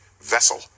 vessel